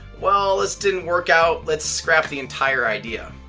well this didn't work out, let's scrap the entire idea.